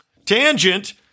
tangent